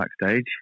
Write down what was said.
backstage